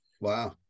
Wow